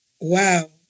wow